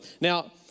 Now